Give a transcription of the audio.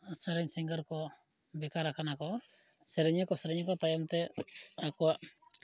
ᱥᱮᱨᱮᱧ ᱥᱤᱝᱜᱟᱨ ᱠᱚ ᱵᱮᱠᱟᱨ ᱟᱠᱟᱱᱟ ᱠᱚ ᱥᱮᱨᱮᱧ ᱦᱚᱸᱠᱚ ᱥᱮᱨᱮᱧᱟ ᱛᱟᱭᱚᱢᱛᱮ ᱟᱠᱚᱣᱟᱜ